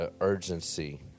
urgency